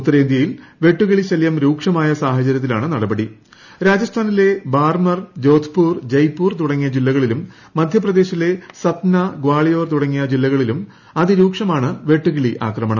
ഉത്തരേന്ത്യയിൽ വെട്ടുകിളി ശല്യം രൂക്ഷമായ സാഹചരൃത്തിലാണ് നടപടിപ്പ് മാജസ്ഥാനിലെ ബാർമർ ജോധ്പൂർ ജയ്പൂർ തുടങ്ങിയ ജില്ലക്കളിലും മധ്യപ്രദേശിലെ സത്ന ഗ്വാളിയോർ തുടങ്ങിയ ജില്ലകളിലുക് അതിരൂക്ഷമാണ് വെട്ടുകിളി ആക്രമണം